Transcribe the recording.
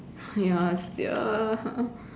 ya sia